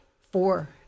four